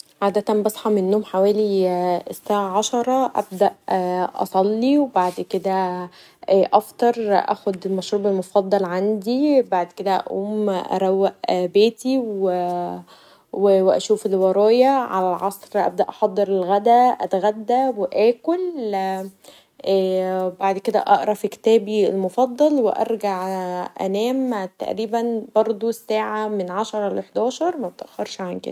عادتا بصحي من النوم حوالي ساعه عشره أبدا اصلي و بعد كدا افطر و اخد مشروب مفضل عندي بعد كدا اقوم اروق بيتي و اشوف اللي ورايا علي العصر احضر الغدا و اتغدي واكل بعد كدا اقري في كتابي المفضل و ارجع انام تقريبا من ساعه عشره ل حداشر مبتاخرش عن كدا.